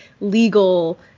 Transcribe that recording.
legal